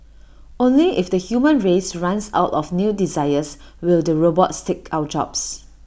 only if the human race runs out of new desires will the robots take our jobs